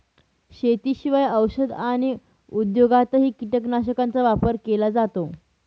शेतीशिवाय औषध आणि उद्योगातही कीटकनाशकांचा वापर केला जातो